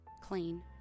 clean